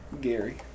Gary